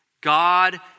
God